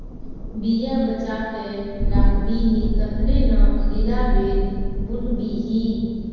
बीया बचा कए राखबिही तखने न अगिला बेर बुनबिही